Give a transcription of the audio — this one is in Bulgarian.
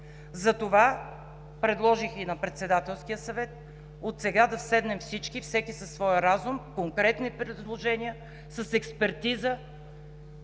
Затова, предложих на Председателския съвет отсега да седнем всички, всеки със своя разум, конкретни предложения, с експертиза,